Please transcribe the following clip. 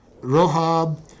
Rohab